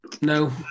No